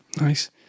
Nice